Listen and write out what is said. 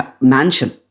mansion